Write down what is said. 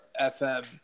FM